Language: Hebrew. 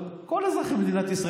כל אזרחי מדינת ישראל,